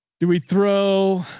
do we throw,